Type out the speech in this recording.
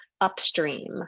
upstream